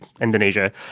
Indonesia